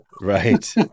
Right